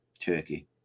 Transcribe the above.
Turkey